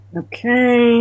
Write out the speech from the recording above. okay